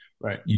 Right